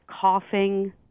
coughing